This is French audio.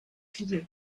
clio